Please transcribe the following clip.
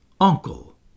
uncle